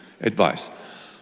advice